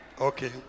okay